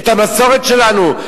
את המסורת שלנו,